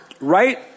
Right